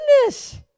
goodness